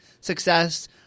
success